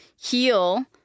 heal